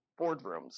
boardrooms